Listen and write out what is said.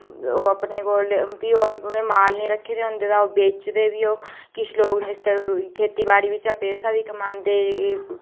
ते ओह् अपने कोल उ'नें माल निं रक्खे दे होंदे ते भी ओह् बेचदे ते किश लोग खेती बाड़ी परा पैसे बी कमांदे